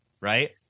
right